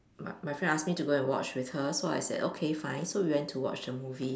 m~ my friend ask me to go and watch with her so I said okay fine so we went to watch the movie